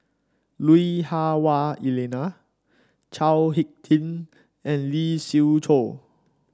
Lui Hah Wah Elena Chao HicK Tin and Lee Siew Choh